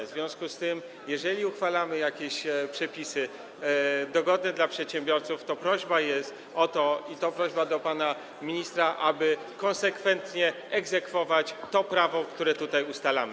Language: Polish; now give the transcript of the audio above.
W związku z tym, jeżeli uchwalamy jakieś przepisy dogodne dla przedsiębiorców, to jest prośba o to, i to prośba do pana ministra, aby konsekwentnie egzekwować to prawo, które tutaj ustalamy.